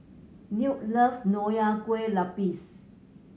Newt loves Nonya Kueh Lapis